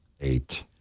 Eight